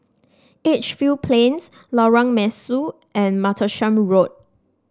Edgefield Plains Lorong Mesu and Martlesham Road